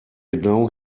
genau